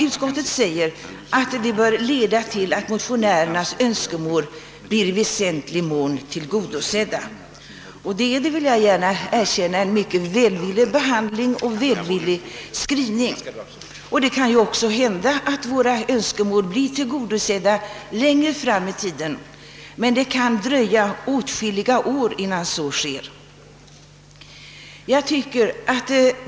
Utskottet säger att de »bör leda till att motionärernas önskemål blir i väsentlig mån tillgodosedda». Jag skall gärna erkänna att det är en mycket välvillig skrivning. Det kan också hända att våra önskemål blir tillgodosedda längre fram i tiden, men det kan dröja åtskilliga år innan så sker.